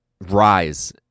rise